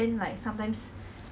没有 olympic 没有